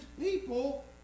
people